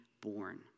born